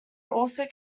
also